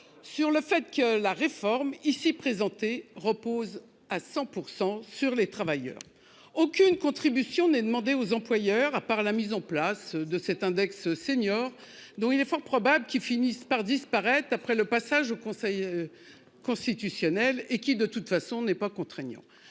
Sur le fait que la réforme ici. Repose à 100% sur les travailleurs aucune contribution n'est demandée aux employeurs, à part la mise en place de cet index seniors. Donc il est fort probable qu'il finisse par disparaître après le passage au Conseil. Constitutionnel et qui de toute façon n'est pas contraignant,